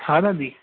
हा दादी